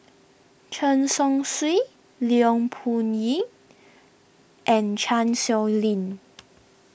Chen Chong Swee Leong and Chan Sow Lin